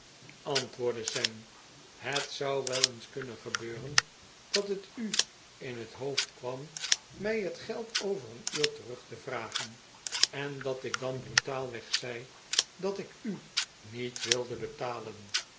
antwoordde sam het zou wel eens kunnen gebeuren dat het u in'het hoofd kwam mij het geld over een uur terug te vragen en dat ik dan brutaalweg zei dat ik u niet wilde betalen